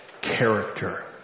character